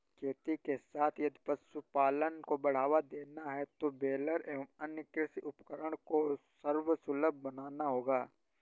खेती के साथ यदि पशुपालन को बढ़ावा देना है तो बेलर एवं अन्य कृषि उपकरण को सर्वसुलभ बनाना होगा